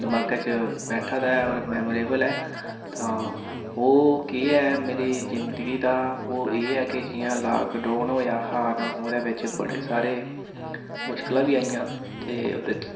दमाकै च बैठा दा ऐ होर मैमरेवल ऐ तां ओह् केह् ऐ मेरी जिंदगी दा ओह् एह् ऐ कि जियां लाकडोन होएया हा ओह्दे बिच्च बड़े सारे मुश्कलां बी आइयां ते ओह्दे च